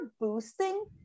boosting